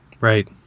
Right